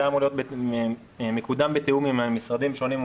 זה היה אמור להיות מקודם בתיאום עם משרדים שונים,